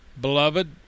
Beloved